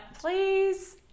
please